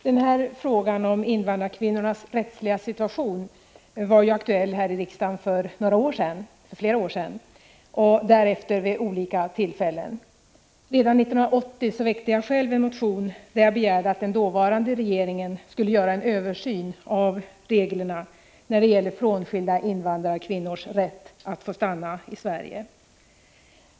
Herr talman! Frågan om invandrarkvinnornas rättsliga situation var aktuell här i riksdagen för flera år sedan och har därefter tagits upp vid olika tillfällen. Redan 1980 väckte jag själv en motion där jag begärde att den dåvarande regeringen skulle göra en översyn av reglerna för frånskilda invandrarkvinnors rätt att stanna i Sverige.